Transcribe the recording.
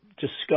discuss